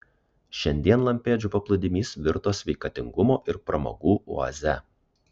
šiandien lampėdžių paplūdimys virto sveikatingumo ir pramogų oaze